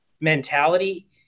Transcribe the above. mentality